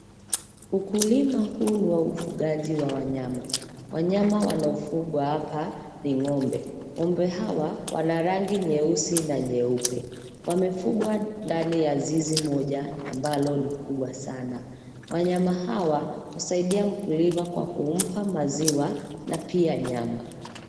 Ukulima huu ni waufugaji wa wanyama. Wanyama wanao fugwa hapa ni ng'ombe. Ng'ombe hawa wanarangi nyeusi na nyeupe. wamefugwa ndani ya zizi moja ambalo ni kubwa sana. Wanyama hawa husaidia mkulima kwa kumpa maziwa na pia nyama.